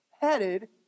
headed